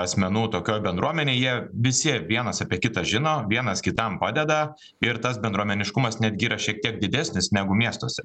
asmenų tokioj bendruomenėj jie visi vienas apie kitą žino vienas kitam padeda ir tas bendruomeniškumas netgi yra šiek tiek didesnis negu miestuose